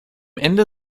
ende